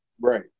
Right